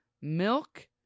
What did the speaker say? milk